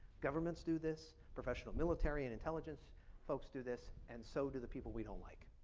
governments do this, professional military and intelligence folks do this and so do the people we don't like.